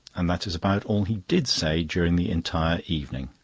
and that is about all he did say during the entire evening.